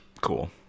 Cool